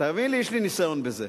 תאמין לי, יש לי ניסיון בזה.